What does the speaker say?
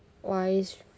wise